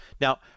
Now